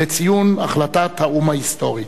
לציון החלטת האו"ם ההיסטורית.